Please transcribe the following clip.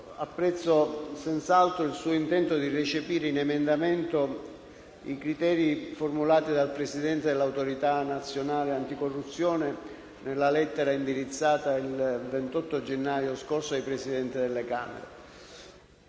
apprezzo senz'altro il suo intento di recepire in un emendamento i criteri formulati dal presidente dell'Autorità nazionale anticorruzione nella lettera indirizzata il 28 gennaio scorso ai Presidenti delle Camere.